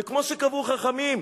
וכמו שקבעו חכמים,